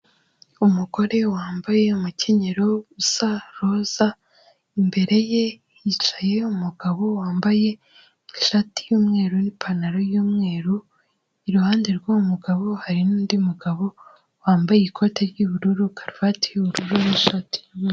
Umugore wambaye umukenyero usa roza, imbere ye hicaye umugabo wambaye ishati y'umweru n'ipantaro y'umweru, iruhande rw'uwo umugabo hari n'undi mugabo wambaye ikoti ry'ubururu, karuvati y'ubururu n'ishati y'umweru.